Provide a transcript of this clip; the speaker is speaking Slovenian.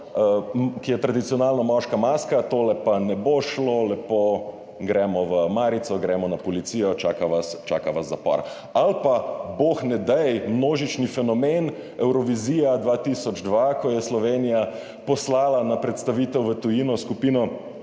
ki je tradicionalno moška maska, tole pa ne bo šlo, gremo lepo v marico, gremo na policijo, čaka vas zapor? Ali pa, bog ne daj, množični fenomen Evrovizija 2002, ko je Slovenija poslala na predstavitev v tujino skupino